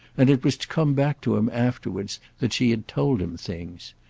and it was to come back to him afterwards that she had told him things.